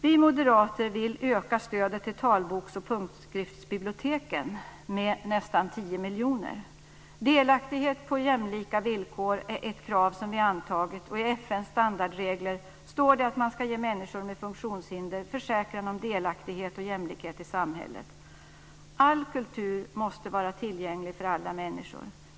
Vi moderater vill öka stödet till talboks och punktskriftsbiblioteken med nästan tio miljoner kronor. Delaktighet på jämlika villkor är ett krav som vi har antagit, och i FN:s standardregler står det att man ska ge människor med funktionshinder en försäkran om delaktighet och jämlikhet i samhället. All kultur måste vara tillgänglig för alla människor.